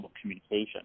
communication